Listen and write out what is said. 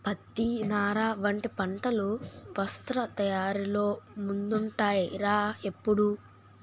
పత్తి, నార వంటి పంటలు వస్త్ర తయారీలో ముందుంటాయ్ రా ఎప్పుడూ